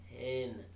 Ten